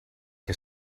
que